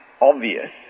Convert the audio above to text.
obvious